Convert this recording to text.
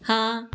ਹਾਂ